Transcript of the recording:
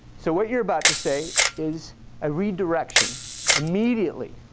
so what you're about to say is a redirection immediately